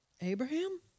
Abraham